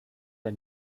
der